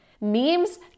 Memes